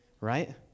right